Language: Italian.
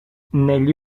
negli